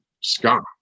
scott